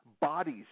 bodies